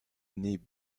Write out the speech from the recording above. née